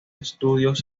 estudios